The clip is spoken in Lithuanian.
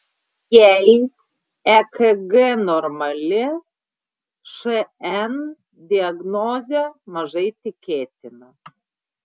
jei ekg normali šn diagnozė mažai tikėtina